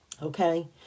Okay